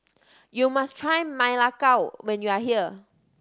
you must try Ma Lai Gao when you are here